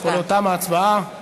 תוצאות ההצבעה: